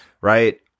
Right